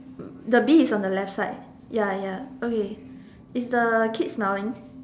the bee is on the left side ya ya okay is the kid smiling